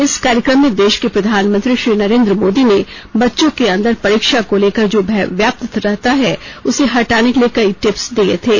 इस कार्यक्रम में देश के प्रधानमंत्री श्री नरेंद्र मोदी ने बच्चों के अंदर परीक्षा को लेकर जो भय व्याप्त रहता है उसे हटाने के लिए कई टिप्स दिए थे